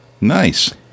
Nice